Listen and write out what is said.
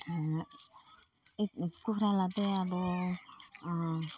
हैट कुखुरालाई त अब